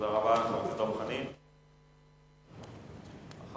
חבר הכנסת דב חנין, תודה רבה.